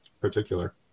particular